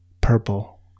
purple